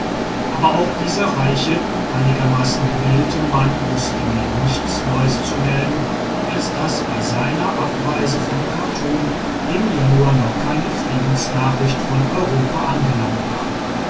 aber auch dieser reiche einigermaßen gebildete mann wußte mir nichts neues zu melden als daß bei seiner abreise von chartum im januar noch keine friedensnachricht von europa angelangt war